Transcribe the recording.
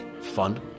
fun